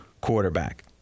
quarterback